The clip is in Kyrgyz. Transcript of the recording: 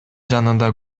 жанында